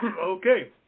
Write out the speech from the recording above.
Okay